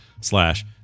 slash